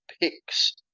picks